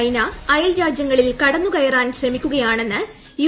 China അയൽരാജ്യങ്ങളിൽ കൂട്ന്നുക്യറാൻ ശ്രമിക്കുകയാണെന്ന് യു